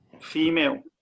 female